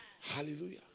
Hallelujah